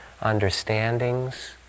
understandings